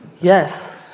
Yes